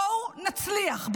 בואו נצליח.